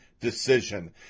decision